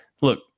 Look